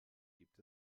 gibt